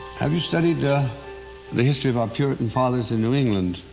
have you studied yeah the history of our puritan fathers in new england?